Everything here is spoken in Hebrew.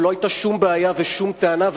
ולא היתה שום בעיה ושום טענה,